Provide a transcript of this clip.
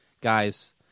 Guys